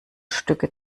stücke